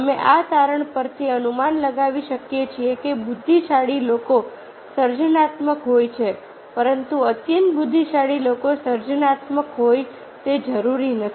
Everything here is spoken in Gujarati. અમે આ તારણ પરથી અનુમાન લગાવી શકીએ છીએ કે બુદ્ધિશાળી લોકો સર્જનાત્મક હોય છે પરંતુ અત્યંત બુદ્ધિશાળી લોકો સર્જનાત્મક હોય તે જરૂરી નથી